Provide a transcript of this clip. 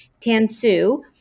Tansu